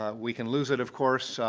ah we can lose it, of course,